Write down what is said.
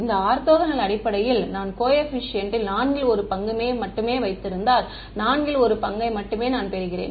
இந்த ஆர்த்தோகனல் அடிப்படையில் நான் கோஏபிசியன்ட் ல் நான்கில் ஒரு பங்கை மட்டுமே வைத்திருந்தால் நான்கில் ஒரு பங்கை மட்டுமே நான் பெறுகிறேன்